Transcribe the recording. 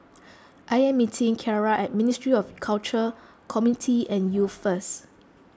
I am meeting Kierra at Ministry of Culture Community and Youth first